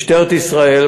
משטרת ישראל,